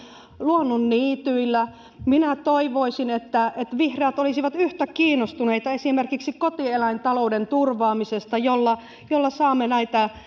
luonnonniityillä minä toivoisin että että vihreät olisivat yhtä kiinnostuneita esimerkiksi kotieläintalouden turvaamisesta jolla jolla saamme näitä